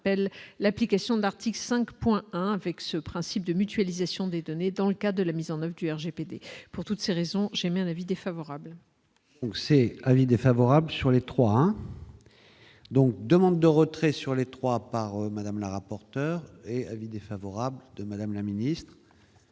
l'application de l'article 5,1 avec ce principe de mutualisation des données dans le cas de la mise en oeuvre du RGPD pour toutes ces raisons, j'émets un avis défavorable. Donc c'est avis défavorable sur les 3. Donc : demande de retrait sur les trois par Madame la rapporteure et avis défavorable de Madame la Ministre.